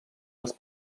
els